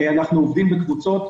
אנחנו עובדים בקבוצות.